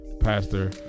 Pastor